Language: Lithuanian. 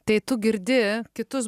tai tu girdi kitus